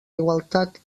igualtat